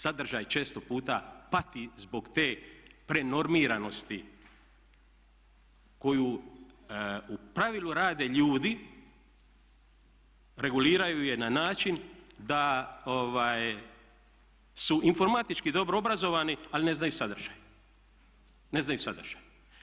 Sadržaj često puta pati zbog te prenormiranosti koju u pravilu rade ljudi, reguliraju je na način da su informatički dobro obrazovani, ali ne znaju sadržaj.